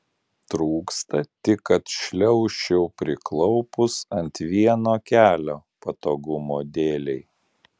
trūksta tik kad šliaužčiau priklaupus ant vieno kelio patogumo dėlei